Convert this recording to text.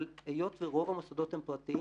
אבל היות שרוב המוסדות הם פרטיים,